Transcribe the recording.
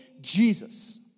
Jesus